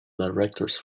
directors